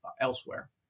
elsewhere